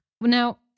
Now